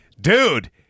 Dude